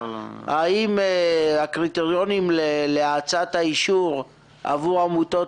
האם הקריטריונים להאצת האישור עבור עמותות